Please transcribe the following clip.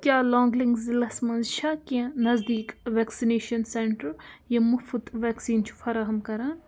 کیٛاہ لانٛگلٕنٛگ ضلعس مَنٛز چھا کیٚنٛہہ نٔزدیٖک ویکسِنیشن سینٛٹر یِم مُفت ویکسیٖن چھِ فراہَم کران